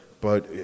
but-